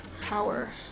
power